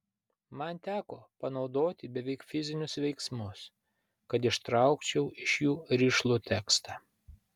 man teko panaudoti beveik fizinius veiksmus kad ištraukčiau iš jų rišlų tekstą